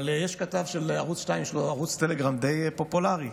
אבל יש כתב של ערוץ 2 שיש לו ערוץ טלגרם די פופולרי,